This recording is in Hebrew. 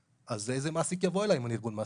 אז איזה מעסיק יבוא אלי אם אני ארגון מעסיקים?